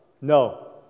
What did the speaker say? no